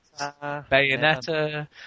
Bayonetta